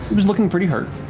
he was looking pretty hurt.